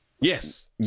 Yes